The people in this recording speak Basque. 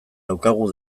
daukagu